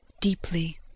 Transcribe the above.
deeply